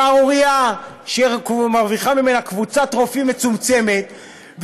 שערורייה שמרוויחה ממנה קבוצת רופאים מצומצמת,